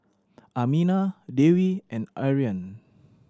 Aminah Dewi and Aryan